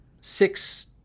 six